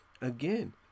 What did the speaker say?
Again